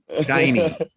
Shiny